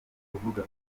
kuvuga